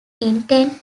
intended